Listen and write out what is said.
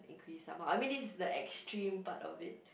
increase somehow I mean this is the extreme part of it